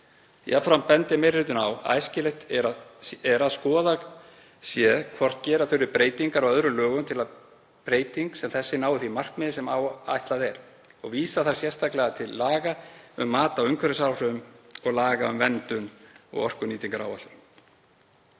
Jafnframt bendir meiri hlutinn á að æskilegt er að skoðað sé hvort gera þurfi breytingar á öðrum lögum til að breyting sem þessi nái því markmiði sem ætlað er, og vísar þar sérstaklega til laga um mat á umhverfisáhrifum og laga um verndar- og orkunýtingaráætlun.